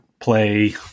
play